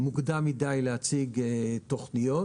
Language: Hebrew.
מוקדם מדי להציג תוכניות